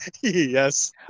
Yes